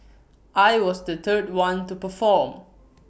I was the third one to perform